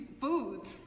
foods